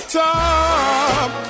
top